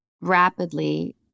rapidly